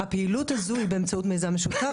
הפעילות הזאת היא באמצעות מיזם משותף,